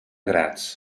graz